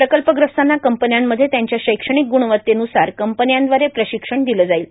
प्रकल्पग्रस्तांना कंपन्यांमध्ये त्यांच्या शैक्षणिक गुणवत्तेनुसार कंपन्यांद्वारे प्रशिक्षण दिलं जाईल